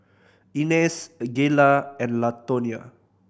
Inez Gayla and Latonya